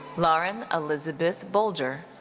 lauren elizabeth boulger.